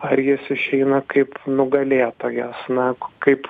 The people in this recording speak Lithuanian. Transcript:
ar jis išeina kaip nugalėtojas na kaip